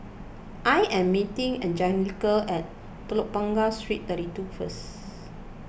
I am meeting Anjelica at Telok Blangah Street thirty two first